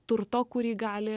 turto kurį gali